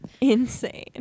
insane